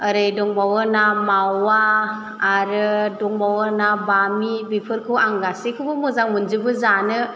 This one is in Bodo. ओरै दंबावो ना मावा आरो दंबावो ना बामि बेफोरखौ आं गासैखौबो मोजां मोनजोबो जानो